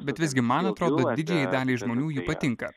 bet visgi man atrodo didžiajai daliai žmonių ji patinka